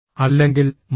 അല്ലെങ്കിൽ മനസ്സ്